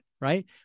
right